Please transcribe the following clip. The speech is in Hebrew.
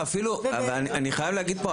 אני חייב להגיד פה,